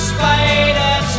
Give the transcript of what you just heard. Spider